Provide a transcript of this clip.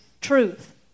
truth